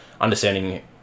understanding